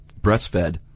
breastfed